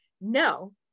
No